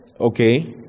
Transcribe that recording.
Okay